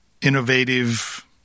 innovative